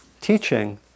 teaching